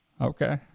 Okay